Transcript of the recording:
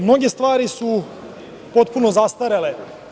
Mnoge stvari su potpuno zastarele.